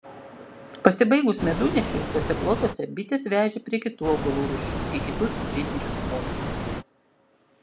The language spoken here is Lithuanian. pasibaigus medunešiui tuose plotuose bites vežė prie kitų augalų rūšių į kitus žydinčius plotus